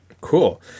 Cool